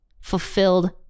fulfilled